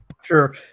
Sure